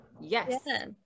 yes